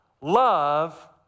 love